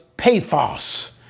Pathos